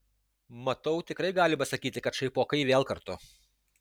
matau tikrai galima sakyti kad šaipokai vėl kartu